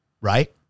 Right